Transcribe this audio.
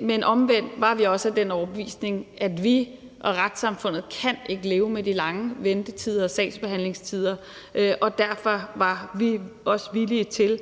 Men omvendt var vi også af den overbevisning, at vi og retssamfundet ikke kan leve med de lange ventetider og sagsbehandlingstider, og derfor var vi også villige til